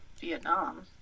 Vietnam